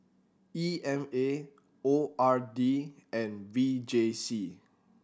E M A O R D and V J C